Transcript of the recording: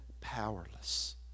powerless